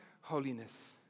holiness